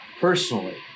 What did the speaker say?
personally